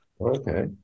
Okay